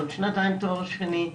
ועוד שנתיים תואר שני,